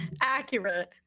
Accurate